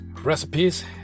recipes